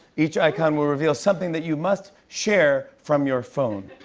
each icon will reveal something that you must share from your phone.